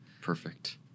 Perfect